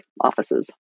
offices